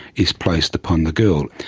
is placed upon the girl.